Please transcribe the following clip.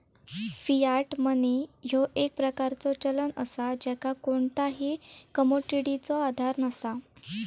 Fiat money ह्यो एक प्रकारचा चलन असा ज्याका कोणताही कमोडिटीचो आधार नसा